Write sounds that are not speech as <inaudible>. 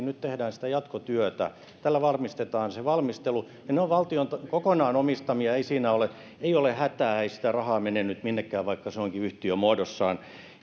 <unintelligible> nyt tehdään sitä jatkotyötä tällä varmistetaan se valmistelu ja ne ovat valtion kokonaan omistamia ei siinä ole hätää ei sitä rahaa mene nyt minnekään vaikka se onkin yhtiömuodossa